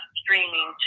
streaming